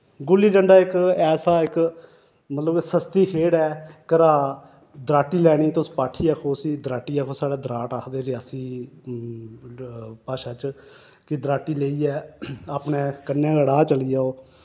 गुल्ली डंडा इक ऐसा इक मतलब सस्ती खेड़ ऐ घरा दराटी लैनी तुस पाठी आखो उस्सी दराटी आखो साढ़ै दराट आखदे रेआसी भाशा च कि दराटी लेइयै अपने कन्नै अड़ा चली जाओ